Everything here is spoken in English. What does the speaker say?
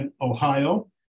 Ohio